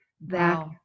back